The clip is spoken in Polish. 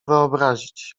wyobrazić